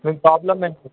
మీ problem ఏంటి